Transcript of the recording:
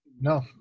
no